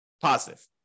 positive